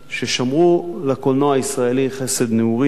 ששמרו לקולנוע הישראלי חסד נעורים,